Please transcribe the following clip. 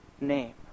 name